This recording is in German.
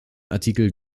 artikel